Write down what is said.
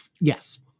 yes